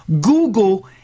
Google